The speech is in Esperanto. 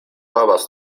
havas